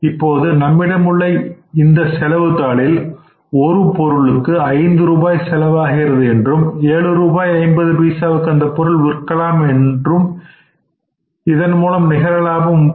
இப்பொழுது நம்மிடம் உள்ள இந்த செலவு தாளில் ஒரு பொருளுக்கு 5 ரூபாய் செலவாகிறது என்றும் 7 ரூபாய் 50 பைசாவுக்கு அந்தப் பொருளை விற்கலாம் என்றும் இதன் மூலமாக நிகரலாபம் 33